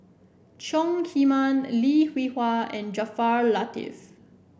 Chong Heman Lim Hwee Hua and Jaafar